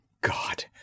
God